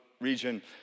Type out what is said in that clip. region